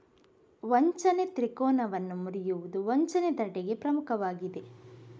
ವಂಚನೆ ತ್ರಿಕೋನವನ್ನು ಮುರಿಯುವುದು ವಂಚನೆ ತಡೆಗೆ ಪ್ರಮುಖವಾಗಿದೆ